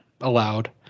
allowed